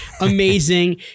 Amazing